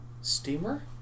Steamer